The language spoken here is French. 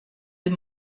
des